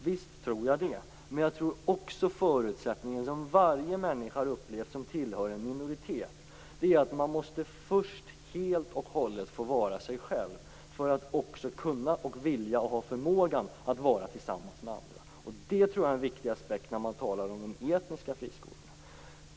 Visst tror jag det, men jag tror också att varje människa som tillhör en minoritet har upplevt att man först helt och hållet måste få vara sig själv för att kunna, vilja och ha förmågan att vara tillsammans med andra. Det är en viktig aspekt när man talar om de etniska friskolorna.